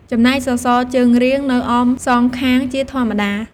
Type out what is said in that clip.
ចំណែកសសរជើងរៀងនៅអមសងខាងជាធម្មតា។